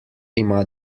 ima